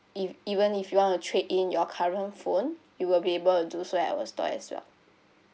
if even if you want to trade in your current phone you will be able to do so at our store as well